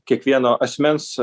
kiekvieno asmens